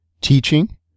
Teaching